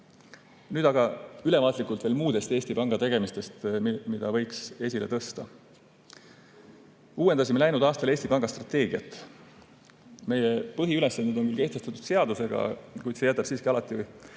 Nüüd aga ülevaatlikult muudest Eesti Panga tegemistest, mida võiks esile tõsta. Uuendasime läinud aastal Eesti Panga strateegiat. Meie põhiülesanded on küll kehtestatud seadusega, kuid see jätab siiski alati ruumi